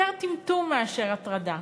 יותר טמטום מאשר הטרדה.